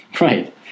Right